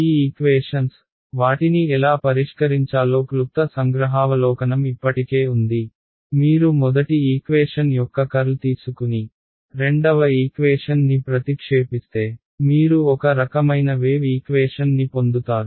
ఈ ఈక్వేషన్స్ వాటిని ఎలా పరిష్కరించాలో క్లుప్త సంగ్రహావలోకనం ఇప్పటికే ఉంది మీరు మొదటి ఈక్వేషన్ యొక్క కర్ల్ తీసుకుని రెండవ ఈక్వేషన్ ని ప్రతిక్షేపిస్తే మీరు ఒక రకమైన వేవ్ ఈక్వేషన్ ని పొందుతారు